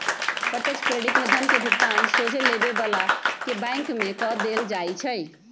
प्रत्यक्ष क्रेडिट में धन के भुगतान सोझे लेबे बला के बैंक में कऽ देल जाइ छइ